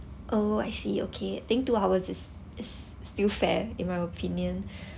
oh I see okay think two hours is is still fair in my opinion